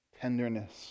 Tenderness